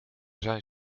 zijn